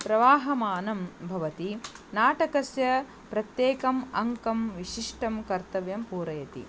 प्रवहमानं भवति नाटकस्य प्रत्येकम् अङ्कं विशिष्टं कर्तव्यं पूरयति